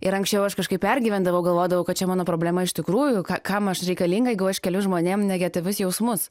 ir anksčiau aš kažkaip pergyvendavau galvodavau kad čia mano problema iš tikrųjų kam aš reikalinga jeigu aš keliu žmonėm negatyvius jausmus